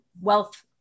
wealth